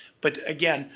but, again,